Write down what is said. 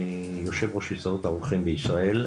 אני יושב ראש הסתדרות הרוקחים בישראל,